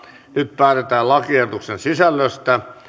nyt päätetään lakiehdotusten sisällöstä